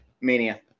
mania